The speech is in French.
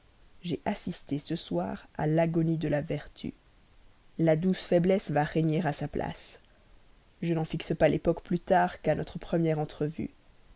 j'ai assisté ce soir à l'agonie de la vertu la douce faiblesse va régner à sa place je n'en fixe pas l'époque plus tard qu'à notre première entrevue